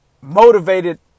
motivated